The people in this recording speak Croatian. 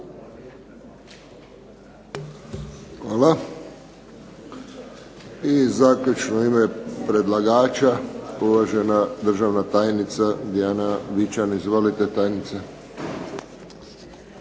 Hvala. I zaključno u ime predlagača uvažena državna tajnica Dijana Vican. Izvolite tajnice.